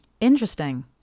Interesting